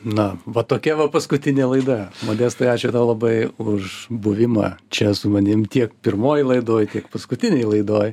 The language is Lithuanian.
na va tokia va paskutinė laida modestai ačiū tau labai už buvimą čia su manim tiek pirmoj laidoj tiek paskutinėj laidoj